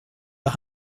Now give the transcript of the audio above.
the